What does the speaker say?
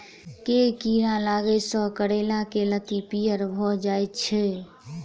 केँ कीड़ा लागै सऽ करैला केँ लत्ती पीयर भऽ जाय छै?